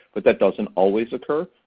but that doesn't always occur.